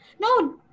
No